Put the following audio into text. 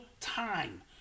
time